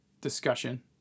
discussion